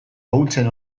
ahultzen